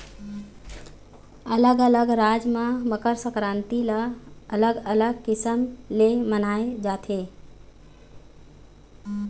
अलग अलग राज म मकर संकरांति ल अलग अलग किसम ले मनाए जाथे